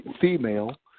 female